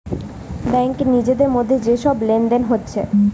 ব্যাংকে নিজেদের মধ্যে যে সব লেনদেন হচ্ছে